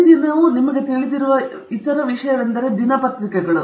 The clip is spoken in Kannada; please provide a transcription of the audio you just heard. ಪ್ರತಿದಿನವೂ ನಿಮಗೆ ತಿಳಿದಿರುವ ಇತರ ವಿಷಯವೆಂದರೆ ಪತ್ರಿಕೆಗಳು